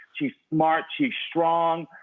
she's smart. she's strong.